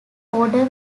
order